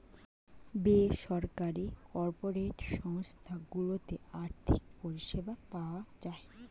বেসরকারি কর্পোরেট সংস্থা গুলোতে আর্থিক পরিষেবা পাওয়া যায়